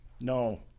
No